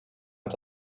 met